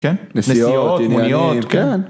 כן! נסיעות, מוניות, כן!